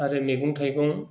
आरो मैगं थाइगं